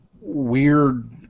weird